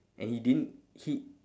and he didn't he